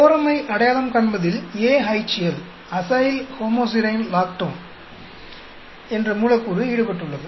கோரமை அடையாளம் காண்பதில் AHL acyl homoserine lactone என்ற மூலக்கூறு ஈடுபட்டுள்ளது